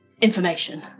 information